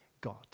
God